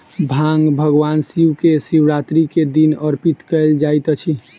भांग भगवान शिव के शिवरात्रि के दिन अर्पित कयल जाइत अछि